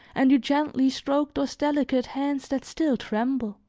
and you gently stroke those delicate hands that still tremble.